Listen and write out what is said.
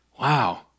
Wow